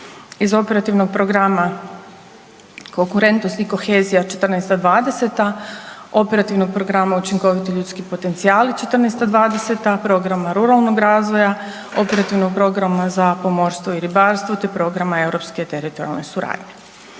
iz Operativnog programa konkurentnosti i kohezija '14.-'20., Operativnog programa učinkoviti ljudski potencijali '14.-'20., Program ruralnog razvoja, Operativnog programa za pomorstvo i ribarstvo, te Programa europske teritorijalne suradnje.